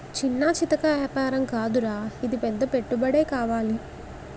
చిన్నా చితకా ఏపారం కాదురా ఇది పెద్ద పెట్టుబడే కావాలి